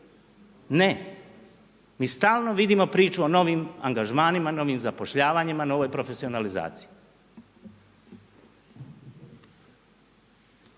Ne, mi stalno vidimo priču o novim angažmanima, novim zapošljavanjima, novoj profesionalizaciji.